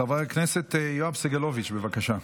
חבר הכנסת יואב סגלוביץ', בבקשה.